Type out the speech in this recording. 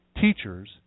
Teachers